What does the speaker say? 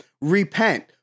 Repent